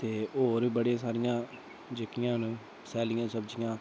ते होर बी बड़ियां सारियां जेह्कियां न सैलियां सब्जियां